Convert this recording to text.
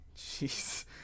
Jeez